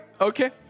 Okay